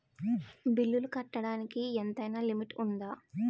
బిల్లులు కట్టడానికి ఎంతైనా లిమిట్ఉందా?